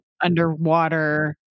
underwater